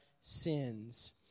sins